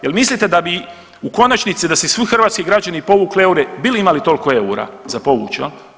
Jel' mislite da bi u konačnici da su svi hrvatski građani povukli eure bili imali toliko eura za povući.